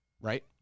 Right